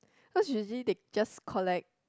cause usually they just collect